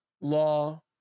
law